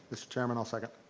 mr. chairman, i'll second.